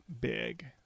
big